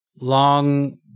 long